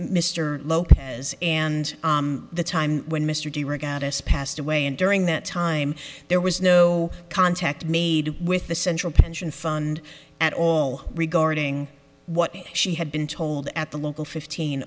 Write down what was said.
mr lopez and the time when mr di regattas passed away and during that time there was no contact made with the central pension fund at all regarding what she had been told at the local fifteen